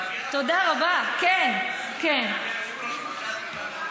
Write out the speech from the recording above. מזל טוב.